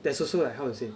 there's also like how to say